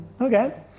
Okay